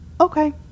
Okay